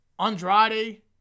Andrade